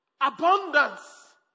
abundance